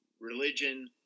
religion